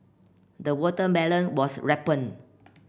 the watermelon was ripened